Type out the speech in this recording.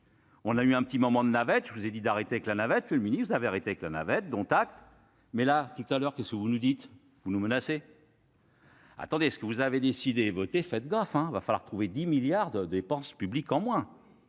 on a eu un petit moment de navette, je vous ai dit d'arrêter avec la navette, le ministre de la vérité avec la navette dont acte, mais là tout à l'heure qu'est-ce que vous nous dites-vous nous menacer. Attendez, ce que vous avez décidé et voté, faites gaffe, hein, il va falloir trouver 10 milliards de dépenses publiques en moins,